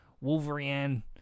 Wolverine